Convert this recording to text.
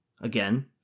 again